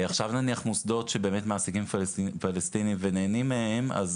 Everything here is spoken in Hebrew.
עכשיו נניח מוסדות שבאמת מעסיקים פלסטינים ונהנים מהם אז